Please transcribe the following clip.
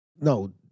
No